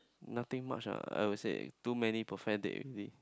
nothing much ah I would say too many perfect date already